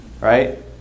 right